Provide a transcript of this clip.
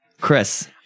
Chris